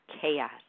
chaos